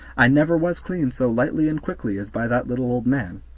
i never was cleaned so lightly and quickly as by that little old man.